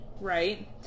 right